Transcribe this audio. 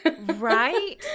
Right